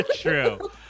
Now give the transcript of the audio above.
True